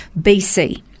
BC